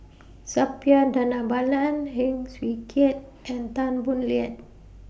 Suppiah Dhanabalan Heng Swee Keat and Tan Boo Liat